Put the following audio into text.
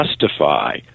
justify